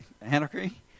Anarchy